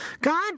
God